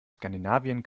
skandinavien